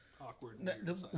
awkward